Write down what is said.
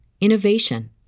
innovation